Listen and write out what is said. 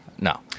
No